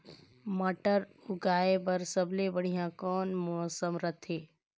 मटर उगाय बर सबले बढ़िया कौन मौसम रथे?